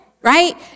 right